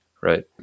right